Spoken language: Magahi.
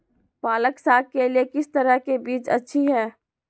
पालक साग के लिए किस तरह के बीज अच्छी है?